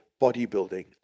bodybuilding